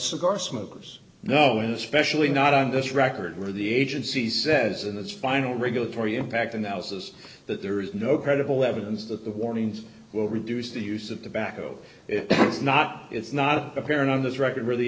cigar smokers knowing especially not on this record where the agency says in its final regulatory impact analysis that there is no credible evidence that the warnings will reduce the use of tobacco if it's not it's not apparent on this record where the